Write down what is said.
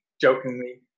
jokingly